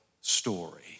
story